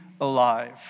alive